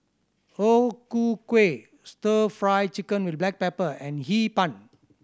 O Ku Kueh Stir Fry Chicken with black pepper and Hee Pan